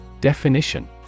Definition